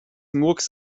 murks